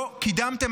לא קידמתם,